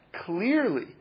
clearly